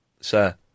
sir